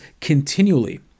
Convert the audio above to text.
continually